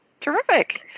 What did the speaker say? Terrific